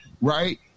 right